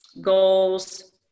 goals